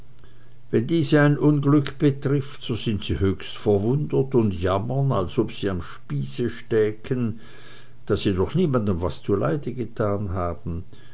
wenn diese ein unglück betrifft so sind sie höchst verwundert und jammern als ob sie am spieße stäken da sie doch niemandem was zuleid getan haben